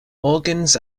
organs